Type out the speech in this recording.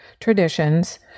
traditions